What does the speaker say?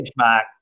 benchmark